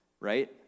right